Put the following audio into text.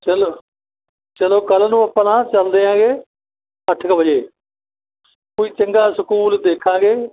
ਚਲੋ ਚਲੋ ਕੱਲ੍ਹ ਨੂੰ ਆਪਾਂ ਨਾ ਚਲਦੇ ਐਂਗੇ ਅੱਠ ਕੁ ਵਜੇ ਕੋਈ ਚੰਗਾ ਸਕੂਲ ਦੇਖਾਂਗੇ